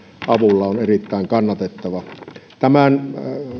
avulla on erittäin kannatettavaa tämän